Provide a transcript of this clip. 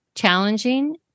Challenging